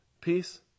peace